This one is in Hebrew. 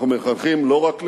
ואנחנו מחנכים לא רק למצוינות,